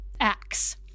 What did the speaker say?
acts